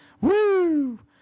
Woo